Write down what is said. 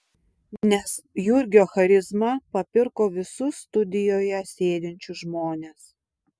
nes jurgio charizma papirko visus studijoje sėdinčius žmones